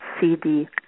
CD